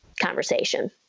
conversation